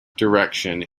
direction